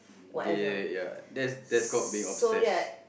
ya ya ya that's that's called being obsessed